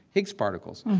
higgs particles.